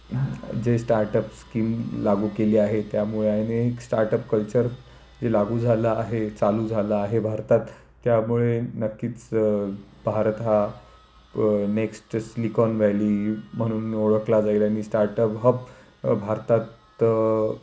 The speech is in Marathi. जे स्टार्टअप स्कीम लागू केली आहे त्यामुळे अनेक स्टार्टअप कल्चर जे लागू झालं आहे चालू झालं आहे भारतात त्यामुळे नक्कीच भारत हा नेक्स्ट सिलिकॉन वॅली म्हणून ओळखला जाईल आणि स्टार्टअप हब भारतात